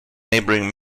neighboring